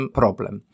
problem